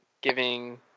giving